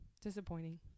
Disappointing